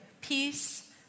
peace